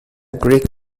greek